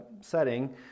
setting